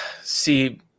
See